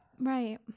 Right